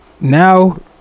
Now